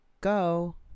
go